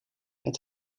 het